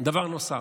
דבר נוסף.